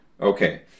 Okay